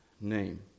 name